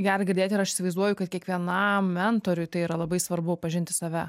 gera girdėti ir aš įsivaizduoju kad kiekvienam mentoriui tai yra labai svarbu pažinti save